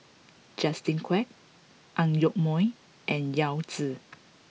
Justin Quek Ang Yoke Mooi and Yao Zi